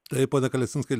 pone kalesinskai